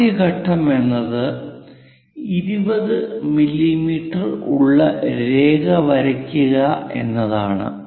ആദ്യ ഘട്ടം എന്നത് 20 മില്ലീമീറ്റർ ഉള്ള രേഖ വരയ്ക്കുക എന്നതാണ്